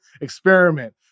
experiment